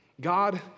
God